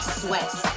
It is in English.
sweat